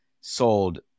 sold